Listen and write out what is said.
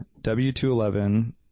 W211